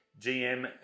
GM